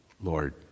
Lord